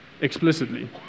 explicitly